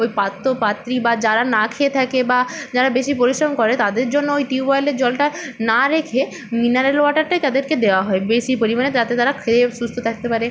ওই পাত্র পাত্রী বা যারা না খেয়ে থাকে বা যারা বেশি পরিশ্রম করে তাদের জন্য ওই টিউবওয়েলের জলটা না রেখে মিনারেল ওয়াটারটাই তাদেরকে দেওয়া হয় বেশি পরিমাণে যাতে তারা খেয়ে সুস্থ থাকতে পারে